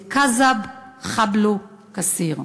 אלכזב חבלו קציר: